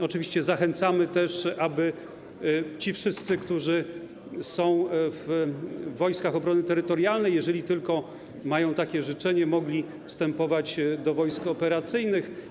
Oczywiście zachęcamy też, aby ci wszyscy, którzy są w Wojskach Obrony Terytorialnej, jeżeli tylko mają takie życzenie, wstępowali do wojsk operacyjnych.